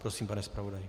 Prosím, pane zpravodaji.